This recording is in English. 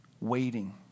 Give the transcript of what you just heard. waiting